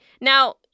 Now